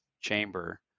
chamber